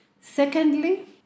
Secondly